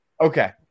okay